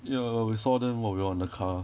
ya we saw them while we were on a car